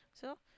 so